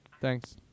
Thanks